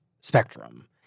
spectrum